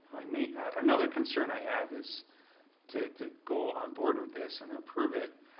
i mean ah another concern i have is to to go onboard with this and approve it,